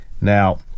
Now